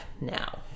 now